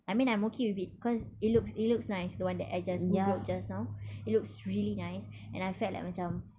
I mean I'm okay with it cause it looks it looks nice the one I just googled just now it looks really nice and I felt like macam